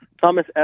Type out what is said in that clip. thomas